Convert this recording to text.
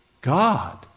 God